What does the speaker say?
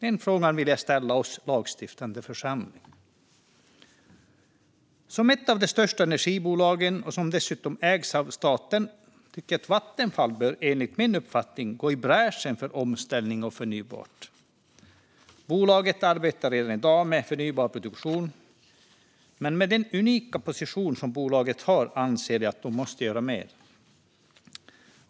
Den frågan vill jag ställa till oss som lagstiftande församling. Som ett av de största energibolagen, som dessutom ägs av staten, bör Vattenfall enligt min uppfattning gå i bräschen för omställningen till förnybart. Bolaget arbetar redan i dag med förnybar produktion, men med den unika position som bolaget har anser jag att det måste göra mer.